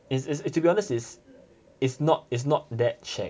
it's it's to be honest it's it's not it's not that shag